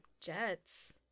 jets